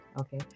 okay